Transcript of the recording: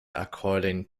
according